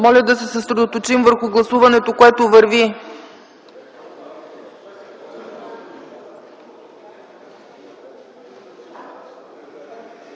Моля да се съсредоточим върху гласуването, което върви!